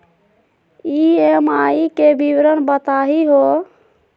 EMI के विवरण बताही हो?